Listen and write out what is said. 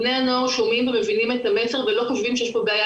בני הנוער שומעים ומבינים את המסר ולא חושבים שיש פה בעיה